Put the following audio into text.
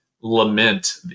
lament